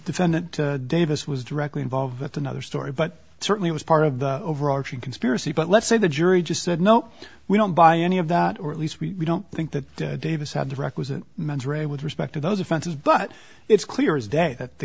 defendant davis was directly involved that's another story but certainly was part of the overarching conspiracy but let's say the jury just said no we don't buy any of that or at least we don't think that davis had the requisite mens rea with respect to those offenses but it's clear as day that the